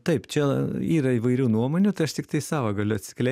taip čia yra įvairių nuomonių tai aš tiktai savo galiu atsklei